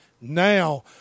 Now